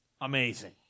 amazing